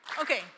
okay